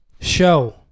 show